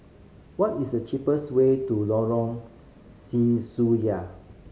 what is the cheapest way to Lorong Sesuai